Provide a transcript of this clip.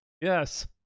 Yes